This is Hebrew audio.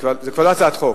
זו כבר לא הצעת חוק.